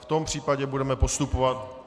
V tom případě budeme postupovat...